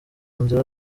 nzira